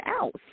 else